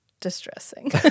distressing